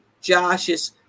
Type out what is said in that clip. Josh's